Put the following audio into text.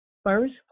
First